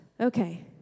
Okay